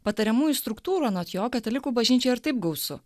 patariamųjų struktūrų anot jo katalikų bažnyčioj ir taip gausu